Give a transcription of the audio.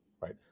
right